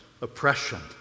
oppression